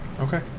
Okay